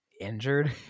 injured